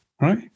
right